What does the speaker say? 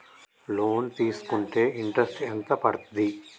Loan తీస్కుంటే interest ఎంత పడ్తది?